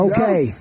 Okay